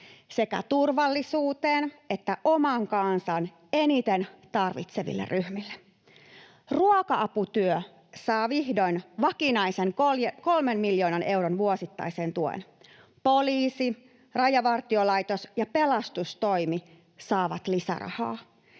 sekä turvallisuuteen että oman kansan eniten tarvitseville ryhmille. Ruoka-aputyö saa vihdoin vakinaisen kolmen miljoonan euron vuosittaiseen tuen. Poliisi, Rajavartiolaitos ja pelastustoimi saavat lisärahaa.